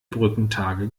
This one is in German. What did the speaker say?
brückentage